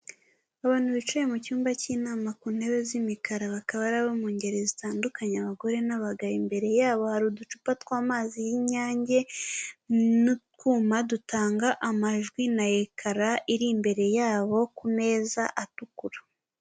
Abantu bicaye mu cyumba cy'inama ku ntebe z'imikara bakaba ari abo mu ngeri zitandukanye abagore n'abagabo, imbere yabo hari uducupa tw'amazi y'inyange n'utwuma dutanga amajwi na ekara iri imbere yabo ku meza atukura.